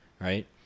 right